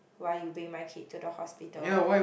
why you bring my kid to the hospital